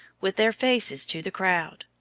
with their faces to the crowd.